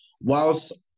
whilst